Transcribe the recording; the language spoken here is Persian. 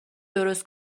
درست